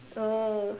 oh